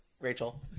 Rachel